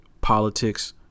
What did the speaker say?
politics